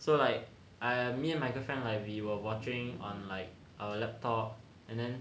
so like I me and my girlfriend like we were watching on like our laptop and then